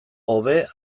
hobe